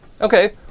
Okay